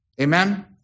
Amen